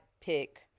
pick